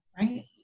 Right